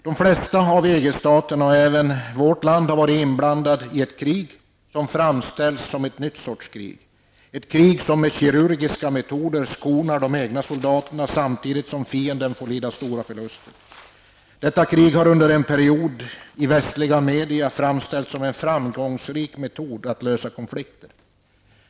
De flesta av EG-staterna, och även vårt land, har varit inblandade i ett krig som framställts som ett nytt sorts krig, ett krig som med kirurgiska metoder skonar de egna soldaterna samtidigt som fienden får lida stora förluster. Detta krig har i västliga media under en period framställts som en framgångsrik metod att lösa konflikter.